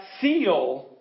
seal